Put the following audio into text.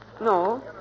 No